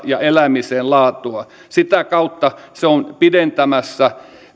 ja elämisen laatua sitä kautta se on pidentämässä